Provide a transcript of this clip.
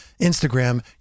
Instagram